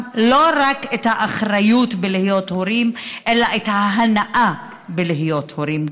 לא רק את האחריות בלהיות הורים אלא גם את ההנאה בלהיות הורים.